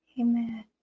Amen